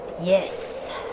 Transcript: Yes